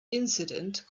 incident